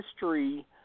history